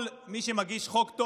כל מי שמגיש חוק טוב,